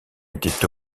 étaient